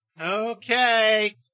Okay